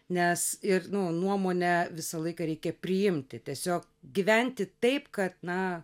nes ir nu nuomonę visą laiką reikia priimti tiesiog gyventi taip kad na